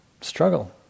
struggle